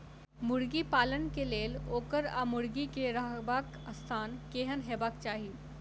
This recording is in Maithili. मुर्गी पालन केँ लेल ओकर वा मुर्गी केँ रहबाक स्थान केहन हेबाक चाहि?